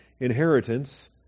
inheritance